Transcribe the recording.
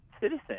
citizen